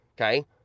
Okay